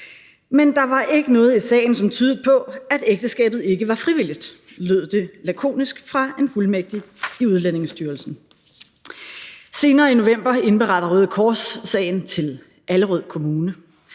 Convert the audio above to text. men der var ikke noget i sagen, som tydede på, at ægteskabet ikke var frivilligt, lød det lakonisk fra en fuldmægtig i Udlændingestyrelsen. Senere i november indberettede Røde Kors sagen til Allerød Kommune.